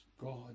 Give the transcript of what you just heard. God